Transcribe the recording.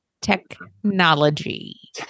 Technology